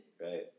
Right